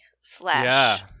Slash